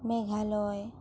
Meghalaya